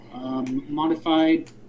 modified